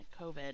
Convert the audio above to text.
COVID